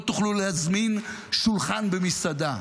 לא תוכלו להזמין שולחן במסעדה.